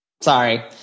sorry